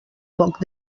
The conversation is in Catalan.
poc